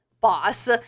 boss